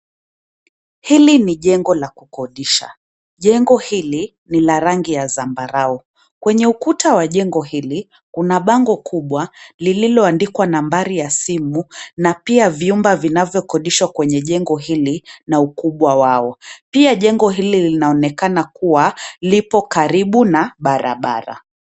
Hili ni jengo la kukodisha. Jengo hili ni la rangi ya zambarau. Kwenye ukuta wa jengo hili, kuna bango kubwa lililoandikwa nambari ya simu, na pia vyumba vinavyokodishwa kwenye jengo hili na ukubwa wao. Pia jengo hili linaonekana kuwa lipo karibu na barabara.